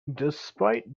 despite